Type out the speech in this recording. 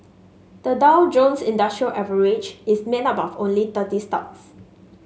the Dow Jones Industrial Average is made up of only thirty stocks